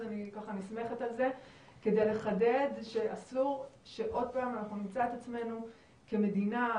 אני נסמכת על זה כדי לחדד שאסור שעוד פעם נמצא את עצמנו כמדינה,